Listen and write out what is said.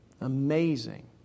Amazing